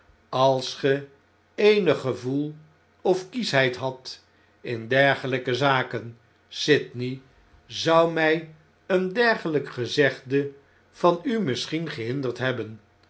als ge eenig gevoel of kieschheid hadt in dergelnke zaken sydney zou mj een dergelijk gezegde van u misschien gehinderd hebben